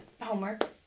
Homework